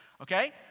okay